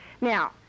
now